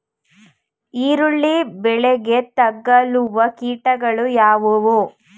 ಈರುಳ್ಳಿ ಬೆಳೆಗೆ ತಗಲುವ ಕೀಟಗಳು ಯಾವುವು?